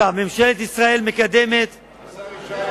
ממשלת ישראל מקדמת, אדוני השר,